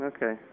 Okay